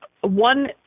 one